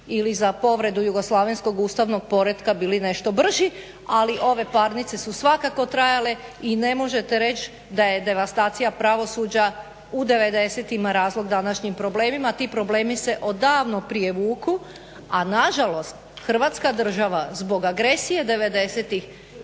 ili za povredu jugoslavenskog ustavnog poretka bili nešto brži ali ove parnice su svakako trajale i ne možete reći da je devastacija pravosuđa u '90.-ima razlog današnjim problemima. Ti problemi se odavno prije vuku, a nažalost Hrvatska država zbog agresije